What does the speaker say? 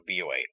BOA